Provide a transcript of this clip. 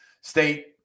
state